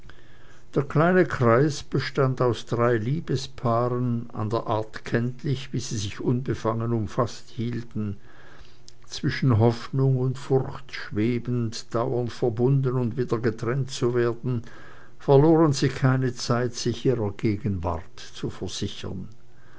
der kleine kreis bestand aus drei liebespaaren an der art kenntlich wie sie sich unbefangen umfaßt hielten zwischen hoffnung und furcht schwebend dauernd verbunden oder wieder getrennt zu werden verloren sie keine zeit sich ihrer gegenwart zu versichern